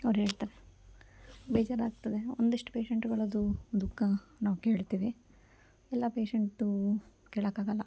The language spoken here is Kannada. ಅವ್ರು ಹೇಳ್ತಾರೆ ಬೇಜಾರಾಗ್ತದೆ ಒಂದಷ್ಟು ಪೇಶೆಂಟ್ಗಳದ್ದು ದುಃಖ ನಾವು ಕೇಳ್ತೇವೆ ಎಲ್ಲ ಪೇಶೆಂಟ್ದೂ ಕೇಳೋಕ್ಕಾಗಲ್ಲ